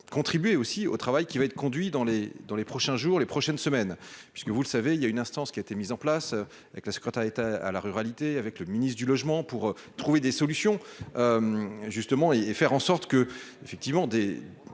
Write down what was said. contribuer aussi au travail qui va être conduit dans les dans les prochains jours les prochaines semaines, puisque vous le savez, il y a une instance qui a été mis en place avec la secrétaire d'État à la ruralité avec le ministre du logement pour trouver des solutions justement et faire en sorte que, effectivement,